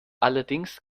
allerdings